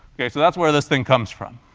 ok? so that's where this thing comes from.